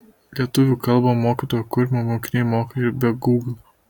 lietuvių kalbą mokytojo kurmio mokiniai moka ir be gūgl